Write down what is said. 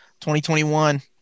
2021